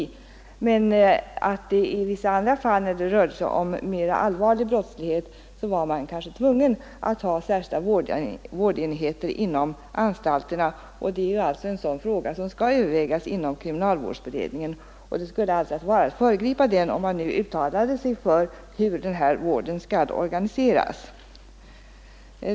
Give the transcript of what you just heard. I vissa andra fall när det rör sig om mera allvarlig brottslighet är man kanske tvungen att ha särskilda vårdenheter inom anstalterna. Det är en fråga som skall 137 övervägas inom kriminalvårdsberedningen. Det skulle vara att föregripa den prövningen om man nu uttalade sig för hur vården skall organiseras.